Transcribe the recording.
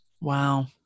Wow